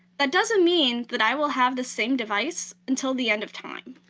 that doesn't mean that i will have the same device until the end of time.